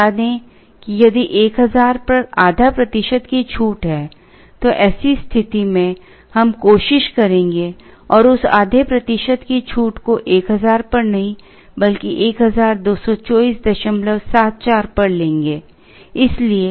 बता दें कि यदि 1000 पर आधा प्रतिशत की छूट है तो ऐसी स्थिति में हम कोशिश करेंगे और उस आधे प्रतिशत की छूट को 1000 पर नहीं बल्कि 122474 पर लेंगे